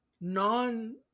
non